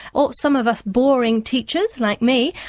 or some of us boring teachers, like me,